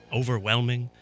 overwhelming